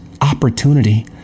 opportunity